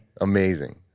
Amazing